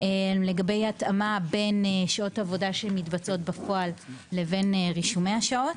לגבי התאמה בין שעות עבודה שמתבצעות בפועל לבין רישומי השעות.